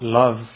love